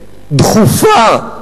דחופה,